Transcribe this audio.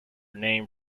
name